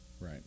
Right